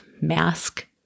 mask